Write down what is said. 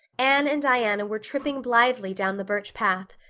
anne and diana were tripping blithely down the birch path,